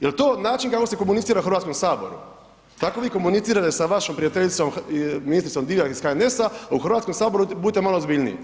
Jel to način kako se komunicira u Hrvatskom saboru, tako vi komunicirajte s vašom prijateljicom ministricom Divjak iz HNS-a, a u Hrvatskom saboru budite malo ozbiljniji.